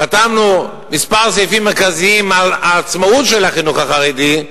וחתמנו במספר סעיפים מרכזיים על עצמאות של החינוך החרדי,